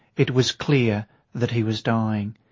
it was clear that he was dying.